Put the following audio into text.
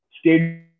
stadium